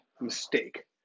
mistake